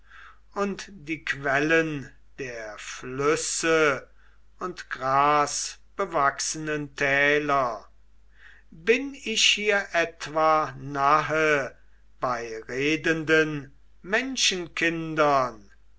und die quellen der flüsse und grasbewachsenen täler bin ich hier etwa nahe bei redenden